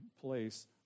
place